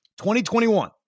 2021